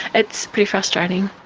it's pretty frustrating.